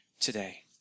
today